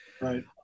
right